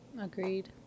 agreed